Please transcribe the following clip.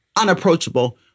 unapproachable